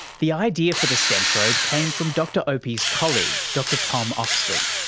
the idea for the stentrode came from dr opie's colleague dr tom oxley,